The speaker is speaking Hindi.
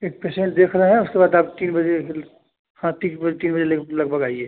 एक पेशेंट देख रहे हैं उसके बाद आप तीन बजे के हाँ तीन बज तीन बजे लगभग आइए